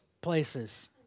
places